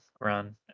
run